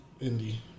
Indy